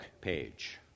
page